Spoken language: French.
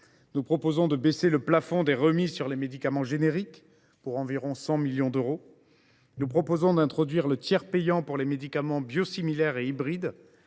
Nous proposons ensuite de baisser le plafond des remises sur les médicaments génériques, pour environ 100 millions d’euros. Nous proposons également d’introduire le tiers payant pour les médicaments biosimilaires et hybrides,